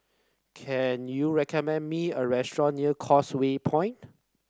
can you recommend me a restaurant near Causeway Point